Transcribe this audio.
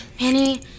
Manny